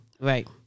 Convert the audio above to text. Right